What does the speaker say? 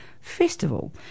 Festival